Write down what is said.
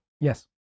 Yes